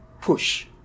push